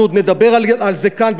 אנחנו עוד נדבר על זה כאן,